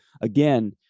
again